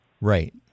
Right